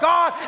God